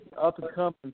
up-and-coming